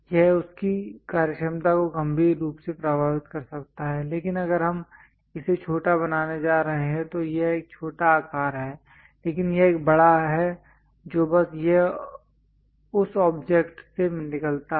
यह उस की कार्यक्षमता को गंभीर रूप से प्रभावित कर सकता है लेकिन अगर हम इसे छोटा बनाने जा रहे हैं तो यह एक छोटा आकार है लेकिन यह एक बड़ा है जो बस यह उस ऑब्जेक्ट से निकलता है